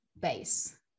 base